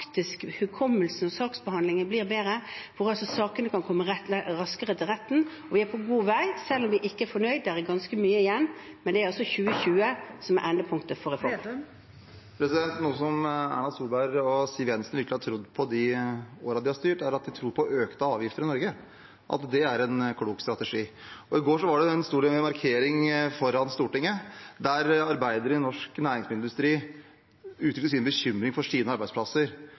hukommelsen og saksbehandlingen blir bedre, og at sakene kan komme raskere til retten. Og vi er på god vei, selv om vi ikke er fornøyd. Det er ganske mye igjen, men det er altså 2020 som er endepunktet for reformen. Noe som Erna Solberg og Siv Jensen virkelig har trodd på i de årene de har styrt, er at økte avgifter i Norge er en klok strategi. I går var det en stor markering foran Stortinget der arbeidere i norsk næringsmiddelindustri uttrykte sin bekymring for sine arbeidsplasser